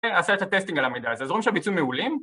כן, עשה את הטסטינג על המידע הזה, אז רואים שהביצוע מעולים?